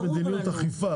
יש מדיניות אכיפה,